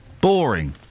boring